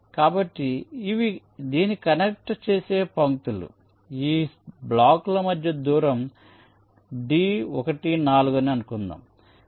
కాబట్టి ఇవి దీన్ని కనెక్ట్ చేసే పంక్తులు ఈ బ్లాకుల మధ్య దూరం d14 అని అనుకుందాం